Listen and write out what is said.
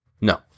No